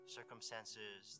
circumstances